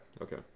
okay